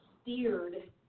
Steered